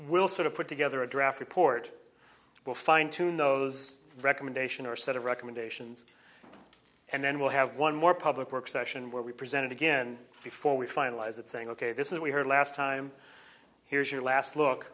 we'll sort of put together a draft report we'll fine tune those recommendations or set of recommendations and then we'll have one more public work session where we presented again before we finalize it saying ok this is we heard last time here's your last look